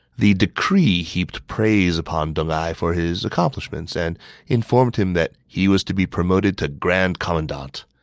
the decree heaped praise upon deng ai for his accomplishments and informed him that he was to be promoted to grand commandant.